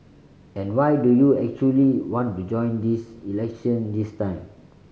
and why do you actually want to join this election this time